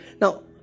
Now